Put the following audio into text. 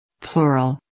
Plural